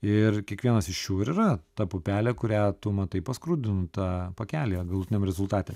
ir kiekvienas iš jų ir yra ta pupelė kurią tu matai paskrudintą pakelyje galutiniam rezultate